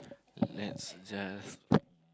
let's just